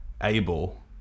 able